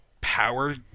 power